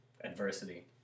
adversity